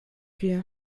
wir